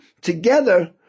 together